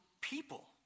people